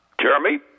Jeremy